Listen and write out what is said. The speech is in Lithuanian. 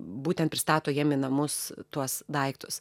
būtent pristato jiem į namus tuos daiktus